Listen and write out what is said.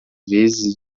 vezes